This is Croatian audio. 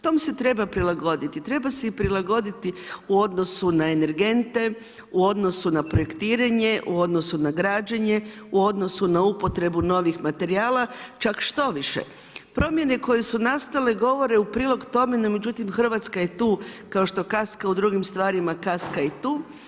Tom se treba prilagoditi, treba se i prilagoditi u odnosu na energente, u odnosu na projektiranje, u odnosu na građenjem u odnosu na upotrebu novih materijala, čak štoviše, promjene koje su nastale govore u prilog tome no međutim Hrvatska je tu kao što kaska u drugim stvarima, kaska i tu.